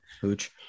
hooch